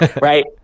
right